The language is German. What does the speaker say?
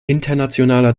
internationaler